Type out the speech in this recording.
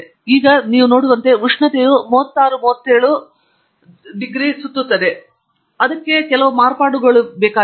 ಈಗ ನೀವು ನೋಡುವಂತೆ ಉಷ್ಣತೆಯು 36 37 ಸುತ್ತಲೂ ಸುತ್ತುತ್ತದೆ ಮತ್ತು ಅದಕ್ಕೆ ಕೆಲವು ಮಾರ್ಪಾಡುಗಳಿವೆ